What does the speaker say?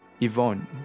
Yvonne